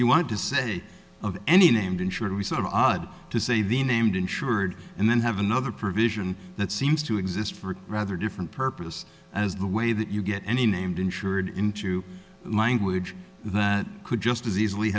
you want to say of any named insured resort odd to say the named insured and then have another provision that seems to exist for a rather different purpose as the way that you get any named insured into language that could just as easily